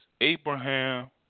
Abraham